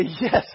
yes